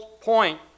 point